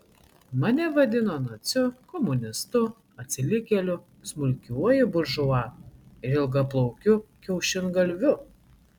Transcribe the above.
mane vadino naciu komunistu atsilikėliu smulkiuoju buržua ir ilgaplaukiu kiaušingalviu